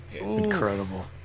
Incredible